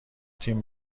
تیم